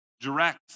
direct